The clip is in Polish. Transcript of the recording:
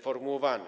formułowane.